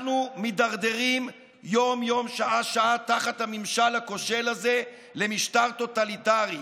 אנחנו מידרדרים יום-יום ושעה-שעה תחת הממשל הכושל הזה למשטר טוטליטרי,